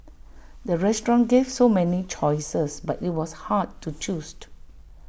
the restaurant gave so many choices but IT was hard to choose